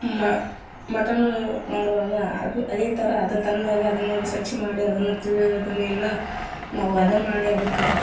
ಮ ಮಟನೂ ಮಾಡುವಾಗ ಅದೆ ಅದೇ ಥರ ಅದು ತಂದಾಗ ಅದನ್ನೂ ಸ್ವಚ್ಚ ಮಾಡಿ ಅದನ್ನು ತೂ ಅದನ್ನು ಎಲ್ಲ ನಾವು ಹದ ಮಾಡಿ ಅದಕ್ಕೆ